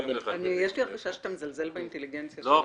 יש לי הרגשה שאתה מזלזל באינטליגנציה שלנו.